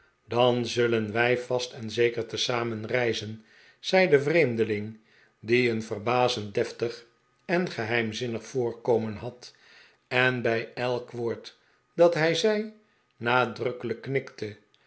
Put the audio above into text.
dan zullen wij vast en zeker tezamen reizen zei de vreemdeling die een verbazend deftig en geheimzinnig voorkomen had en bij elk woord dat hij zei nadrukkelijk knikte